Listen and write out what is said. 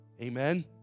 Amen